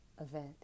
event